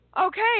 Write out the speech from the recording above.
Okay